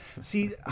See